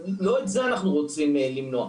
לא את זה אנחנו רוצים למנוע.